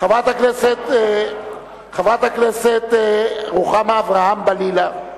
חברת הכנסת רוחמה אברהם-בלילא,